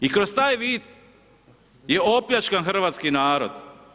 I kroz taj vid je opljačkan hrvatski narod.